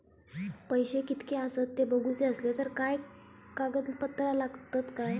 पैशे कीतके आसत ते बघुचे असले तर काय कागद पत्रा लागतात काय?